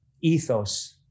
ethos